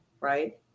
right